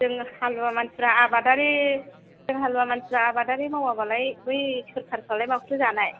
जोङो हालुवा मानसिफ्रा आबादारि जों हालुवा मानसिया आबादारि मावाबालाय बै सोरखारफ्रालाय माखौथो जानाय